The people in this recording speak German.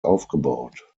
aufgebaut